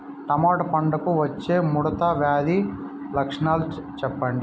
Tomato పంటకు వచ్చే ముడత వ్యాధి లక్షణాలు చెప్పండి?